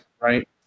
Right